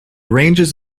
ranges